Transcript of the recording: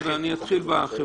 בסדר, אתחיל בחברות.